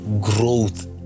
growth